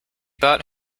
bought